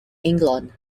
england